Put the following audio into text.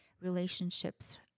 relationships